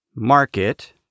Market